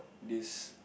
this